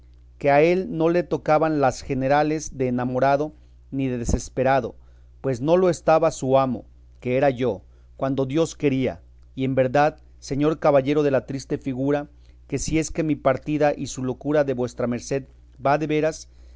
que a él no le tocaban las generales de enamorado ni de desesperado pues no lo estaba su amo que era yo cuando dios quería y en verdad señor caballero de la triste figura que si es que mi partida y su locura de vuestra merced va de veras